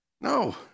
No